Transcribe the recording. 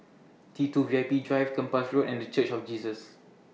T two V I P Drive Kempas Road and The Church of Jesus